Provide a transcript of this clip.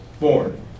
Born